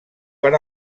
per